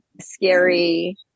scary